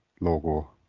logo